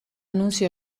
nuncio